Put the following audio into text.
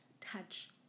touch